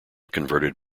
converted